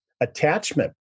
attachment